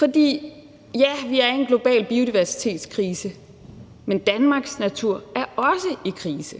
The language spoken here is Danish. natur. Ja, vi er i en global biodiversitetskrise, men Danmarks natur er også i krise.